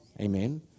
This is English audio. Amen